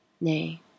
nay